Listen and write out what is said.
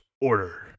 order